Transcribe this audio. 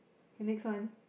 K next one